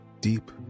deep